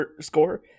score